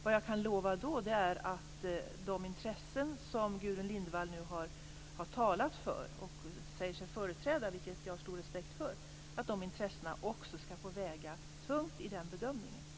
Det jag kan lova är att de intressen som Gudrun Lindvall nu säger sig företräda, vilket jag har stor respekt för, också skall få väga tungt i den bedömningen.